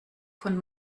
von